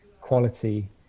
quality